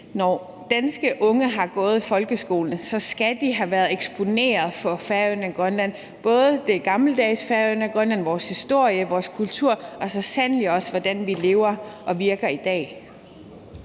når danske unge har gået i folkeskolen, synes jeg, de skal have været eksponeret for undervisning om Færøerne og Grønland, både det gammeldags Færøerne og Grønland, vores historie og vores kultur, men så sandelig også, hvordan vi lever og virker i dag.